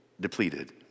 depleted